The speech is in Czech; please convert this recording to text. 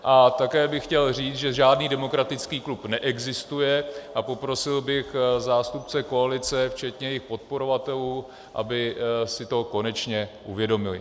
A také bych chtěl říct, že žádný demokratických klub neexistuje, a poprosil bych zástupce koalice, včetně jejich podporovatelů, aby si to konečně uvědomili.